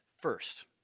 first